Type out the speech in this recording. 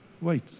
Wait